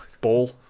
ball